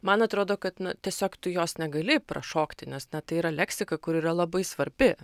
man atrodo kad nu tiesiog tu jos negali prašokti nes tai yra leksika kur yra labai svarbi